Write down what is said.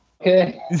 Okay